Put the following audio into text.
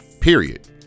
period